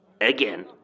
again